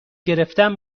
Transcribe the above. گرفتن